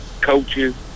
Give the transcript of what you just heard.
coaches